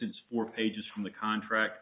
it's four pages from the contract